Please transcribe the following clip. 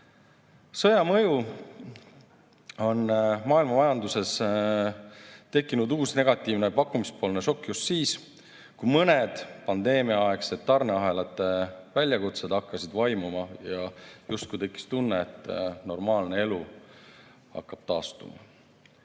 Sõja mõjul on maailmamajanduses tekkinud uus negatiivne pakkumispoolne šokk just siis, kui mõned pandeemiaaegsed tarneahelate väljakutsed hakkasid vaibuma ja justkui tekkis tunne, et normaalne elu hakkab taastuma.